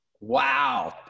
Wow